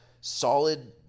solid